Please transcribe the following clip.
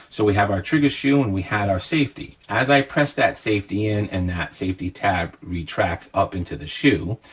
so we have our trigger shoe and we had our safety. as i press that safety in and that safety tab retracts up into the shoe,